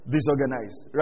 Disorganized